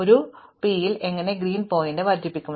ഒരു പി യിൽ എങ്ങനെയെങ്കിലും ഗ്രീൻ പോയിൻറ് വർദ്ധിപ്പിക്കും